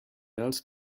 else